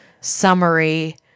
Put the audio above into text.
summary